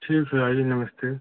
ठीक है आइए नमस्ते